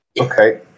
Okay